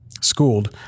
Schooled